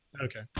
okay